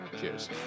cheers